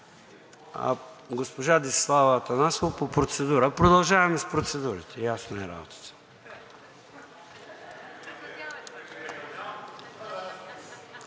Госпожа Десислава Атанасова по процедура. Продължаваме с процедурите, ясна е работата.